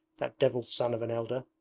that devil's son of an elder